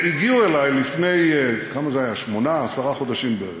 הגיעו אלי לפני שמונה, עשרה חודשים בערך.